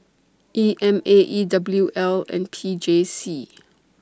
E M A E W L and P J C